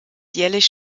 jährlich